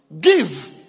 Give